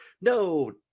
No